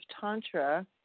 Tantra